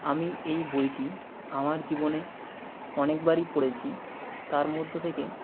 আমি এই বইটি আমার জীবনে অনেকবারই পড়েছি তার মধ্য থেকে